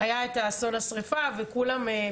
היה את אסון השריפה, וכולם,